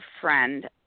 friend